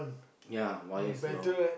ya wire lor